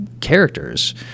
characters